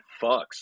fucks